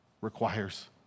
requires